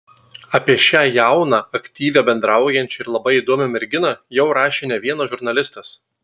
apie šią jauną aktyvią bendraujančią ir labai įdomią merginą jau rašė ne vienas žurnalistas